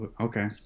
okay